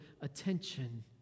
attention